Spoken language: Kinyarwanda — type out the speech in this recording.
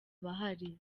bahari